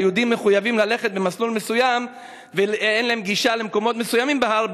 שהיהודים מחויבים ללכת במסלול מסוים ואין להם גישה למקומות מסוימים בהר,